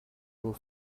nur